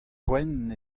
poent